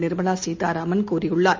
நிர்மலாசீதாராமன் கூறியுள்ளார்